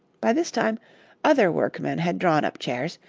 by this time other workmen had drawn up chairs,